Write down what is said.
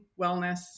wellness